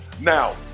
Now